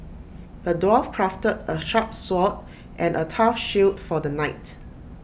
the dwarf crafted A sharp sword and A tough shield for the knight